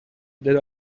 that